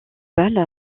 balle